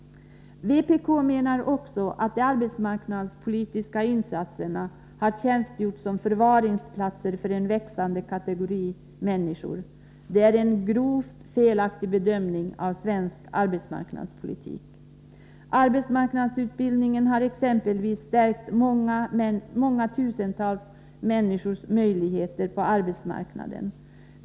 Vpk menar också att de arbetsmarknadspolitiska insatserna har tjänstgjort som förvaringsplatser för en växande kategori människor. Det är en grovt felaktig bedömning av svensk arbetsmarknadspolitik. Exempelvis arbetsmarknadsutbildningen har stärkt många tusental människors möjligheter på arbetsmarknaden.